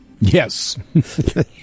Yes